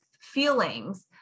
feelings